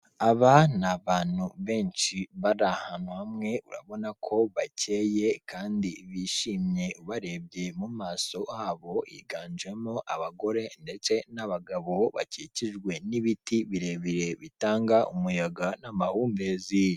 Aba ni abantu benshi bari ahantu hamwe urabona ko bakeye kandi bishimye ubarebye mu maso habo higanjemo abagore ndetse n'abagabo bakikijwe n'ibiti birebire bitanga umuyaga n'amahumbezi.